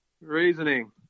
Reasoning